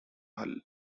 hull